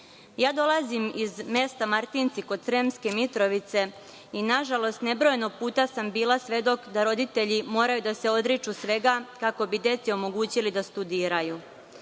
Dolazim iz mesta Martinci kod Sremske Mitrovice i nažalost nebrojeno puta sam bila svedok da roditelji moraju da se odriču svega kako bi deci omogućili da studiraju. Izmene,